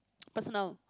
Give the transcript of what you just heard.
personal